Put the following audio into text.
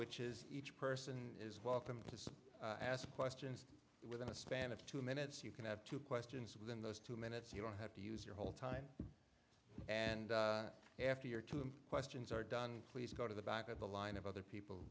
which is each person is welcome to ask questions within the span of two minutes you can have two questions within those two minutes you don't have to use your whole time and after your to him questions are done please go to the back of the line of other people